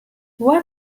what